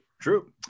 True